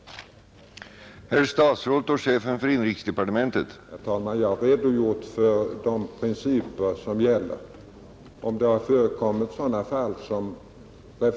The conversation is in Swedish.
löneoch arbets